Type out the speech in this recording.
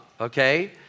okay